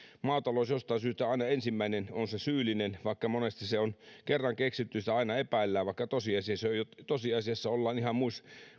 maatalous jostain syystä on aina ensimmäisenä se syyllinen kun se on kerran keksitty sitä aina epäillään vaikka tosiasiassa ollaan ihan muissa